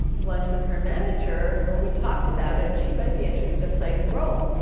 lunch with her manager and we talked about it and she might be interested in playing the role.